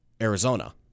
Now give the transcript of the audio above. Arizona